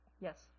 yes